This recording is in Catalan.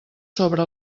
sobre